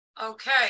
Okay